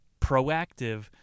Proactive